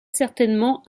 certainement